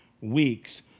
weeks